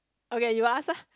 okay you ask ah